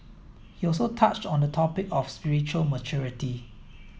he also touched on the topic of spiritual maturity